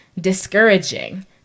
discouraging